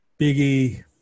Biggie